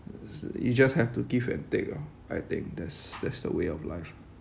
you just have to give and take lor I think that's that's the way of life